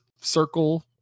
circle